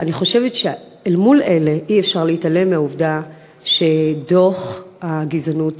אני חושבת שאל מול אלה אי-אפשר להתעלם מהעובדה שדוח הגזענות